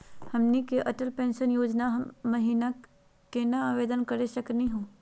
हमनी के अटल पेंसन योजना महिना केना आवेदन करे सकनी हो?